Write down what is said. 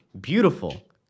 Beautiful